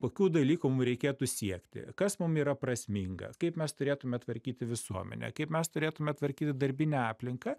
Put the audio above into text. kokių dalykų mum reikėtų siekti kas mum yra prasminga kaip mes turėtume tvarkyti visuomenę kaip mes turėtume tvarkyti darbinę aplinką